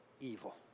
evil